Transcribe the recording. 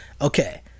Okay